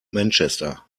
manchester